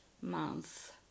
month